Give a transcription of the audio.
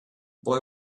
boy